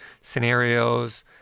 scenarios